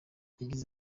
yagize